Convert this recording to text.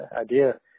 idea